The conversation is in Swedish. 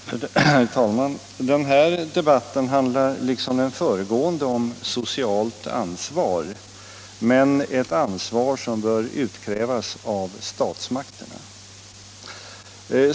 Herr talman! Den här debatten handlar liksom den föregående om socialt ansvar, men ett ansvar som bör utkrävas av statsmakterna.